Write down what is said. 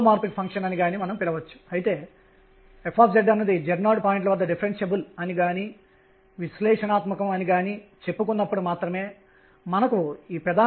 సంబంధిత pసమీకరణం అనేది ∂E∂ṙ ఇది mr2ṙ